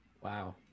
Wow